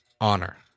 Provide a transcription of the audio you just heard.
honor